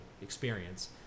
experience